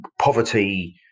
poverty